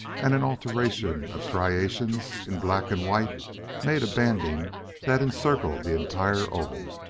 and an alternation of striations in black and white made a banding that encircled the entire oval.